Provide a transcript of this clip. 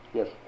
Yes